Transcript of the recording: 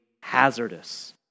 hazardous